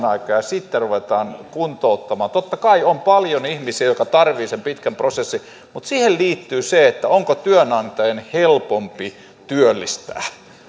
aikaa ja sitten ruvetaan kuntouttamaan totta kai on paljon ihmisiä jotka tarvitsevat sen pitkän prosessin mutta siihen liittyy se onko työnantajan helpompi työllistää